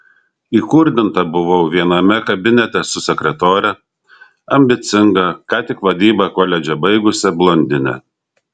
įkurdinta buvau viename kabinete su sekretore ambicinga ką tik vadybą koledže baigusia blondine